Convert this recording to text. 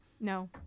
No